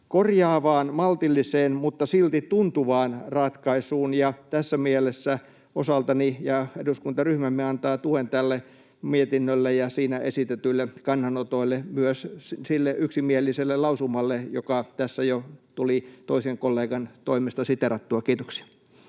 korjaavaan, maltilliseen mutta silti tuntuvaan ratkaisuun, ja tässä mielessä osaltani annan ja eduskuntaryhmämme antaa tuen tälle mietinnölle ja siinä esitetyille kannanotoille, myös sille yksimieliselle lausumalle, joka tässä jo tuli toisen kollegan toimesta siteerattua. — Kiitoksia.